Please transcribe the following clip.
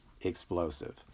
explosive